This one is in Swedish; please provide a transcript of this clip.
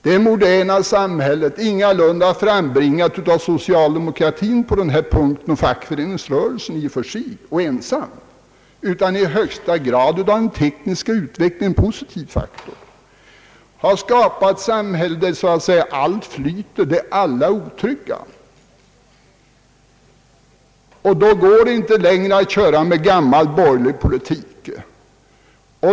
Det moderna samhället, som ingalunda är frambringat enbart av socialdemokratin och fackföreningsrörel sen, utan i högsta grad av den tekniska utvecklingen — i och för sig en positiv faktor — har skapat en situation där allt flyter, där alla är otrygga. Då går det inte längre att fortsätta med gammal borgerlig politik.